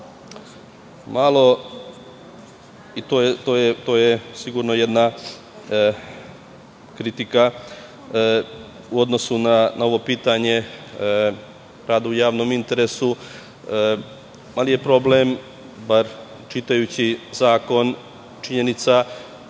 zaživeti. To je sigurno jedna kritika u odnosu na ovo pitanje rada u javnom interesu, ali je problem, bar čitajući zakon, činjenica